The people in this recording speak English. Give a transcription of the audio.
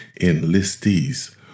enlistees